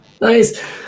Nice